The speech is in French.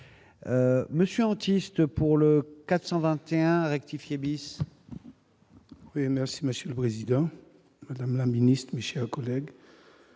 me scientistes pour le 421 à rectifier bis. Merci Monsieur le Président, Madame la Ministre, Michel collègues